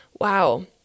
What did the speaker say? wow